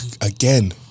again